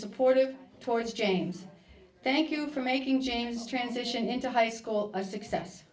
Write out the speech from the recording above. supportive towards james thank you for making james transition into high school a success